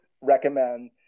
recommend